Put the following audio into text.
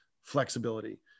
flexibility